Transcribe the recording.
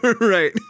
Right